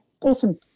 Awesome